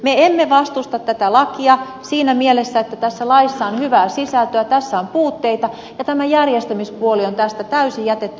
me emme vastusta tätä lakia siinä mielessä koska tässä laissa on hyvää sisältöä mutta tässä on puutteita ja tämä järjestämispuoli on tästä täysin jätetty pois